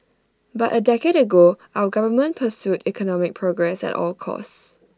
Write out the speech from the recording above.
but A decade ago our government pursued economic progress at all costs